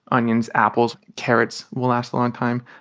onions, apples carrots will last a long time.